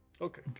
Okay